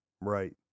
Right